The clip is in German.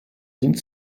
sind